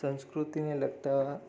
સંસ્કૃતિને લગતા